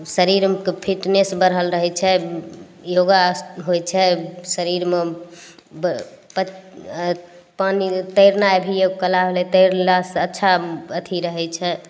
शरीरके फिटनेस बढ़ल रहय छै योगा होइ छै शरीरमे पानिमे तैरनाइ भी एगो कला होलय तैरलासँ अच्छा अथी रहय छै